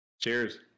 Cheers